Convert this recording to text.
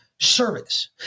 service